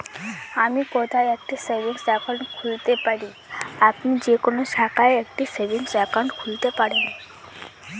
আমি কোথায় একটি সেভিংস অ্যাকাউন্ট খুলতে পারি?